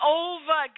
over